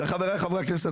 חבריי חברי הכנסת,